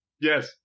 yes